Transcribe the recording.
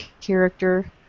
character